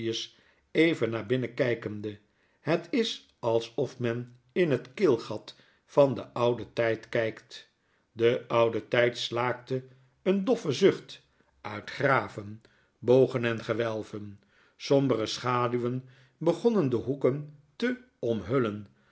even naar binnen kijkende het is alsof men in het keelgat van den ouden tyd kijkt de oude tyd slaakte een doffen zucht uit graven bogen en gewelven sombere schaduwen begonnen de hoeken te omhullen